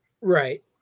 Right